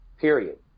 period